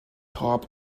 top